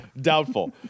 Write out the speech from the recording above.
Doubtful